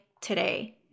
today